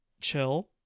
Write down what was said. chill